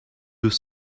deux